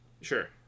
sure